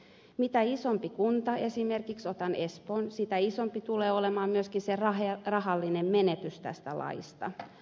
mitä isompi kunta esimerkiksi otan espoon sitä isompi tulee olemaan myöskin se rahallinen menetys tästä laista